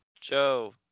Joe